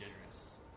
generous